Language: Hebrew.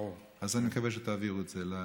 אני מקווה שתעבירו את זה.